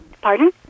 pardon